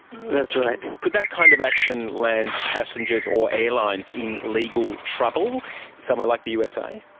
that's right. could that kind of action land passengers or airlines in legal trouble somewhere like the usa?